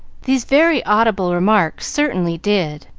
these very audible remarks certainly did,